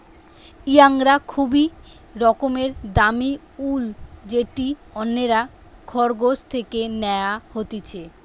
ইঙ্গরা খুবই রকমের দামি উল যেটি অন্যরা খরগোশ থেকে ন্যাওয়া হতিছে